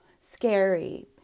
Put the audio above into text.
scary